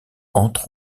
entre